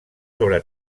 sobre